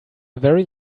very